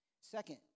Second